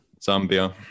Zambia